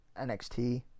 NXT